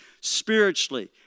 spiritually